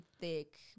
thick